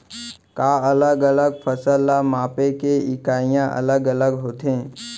का अलग अलग फसल ला मापे के इकाइयां अलग अलग होथे?